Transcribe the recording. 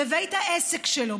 בבית העסק שלו,